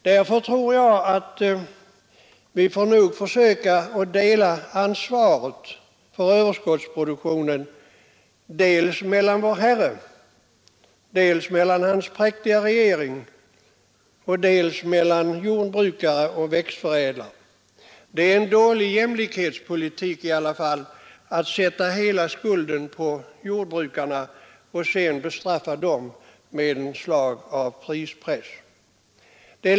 Jag tror att vi får försöka fördela ansvaret för överskottsproduktionen mellan dels Vår Herre, dels Hans präktiga regering, dels också jordbrukare och växtförädlare. Det är i varje fall en dålig jämlikhetspolitik att lägga hela skulden på jordbrukarna och bestraffa dem med en prispress.